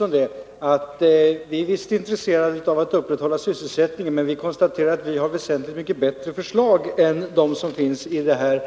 Herr talman! Vi är visst intresserade av att upprätthålla sysselsättningen, Kjell Mattsson, men vi konstaterar att vi har förslag som är väsentligt mycket bättre än de som finns i det här